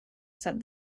said